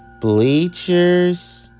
bleachers